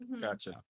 Gotcha